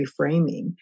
reframing